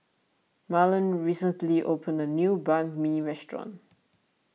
Marland recently opened a new Banh Mi restaurant